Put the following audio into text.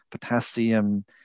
potassium